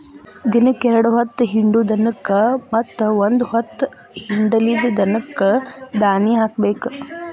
ದಿನಕ್ಕ ಎರ್ಡ್ ಹೊತ್ತ ಹಿಂಡು ದನಕ್ಕ ಮತ್ತ ಒಂದ ಹೊತ್ತ ಹಿಂಡಲಿದ ದನಕ್ಕ ದಾನಿ ಹಾಕಬೇಕ